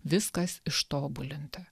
viskas ištobulinta